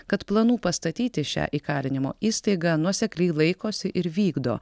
kad planų pastatyti šią įkalinimo įstaigą nuosekliai laikosi ir vykdo